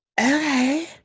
Okay